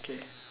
okay